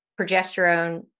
progesterone